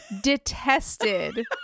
detested